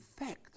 effect